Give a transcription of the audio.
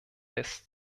des